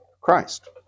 Christ